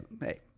hey